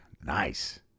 nice